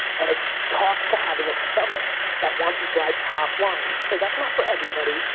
and it talks to having a stomach that wants to drive top line. and so, that's not for everybody,